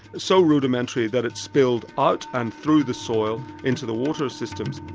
so rudimentary that it spilled out and through the soil into the water systems.